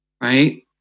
right